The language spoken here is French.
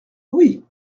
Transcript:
oui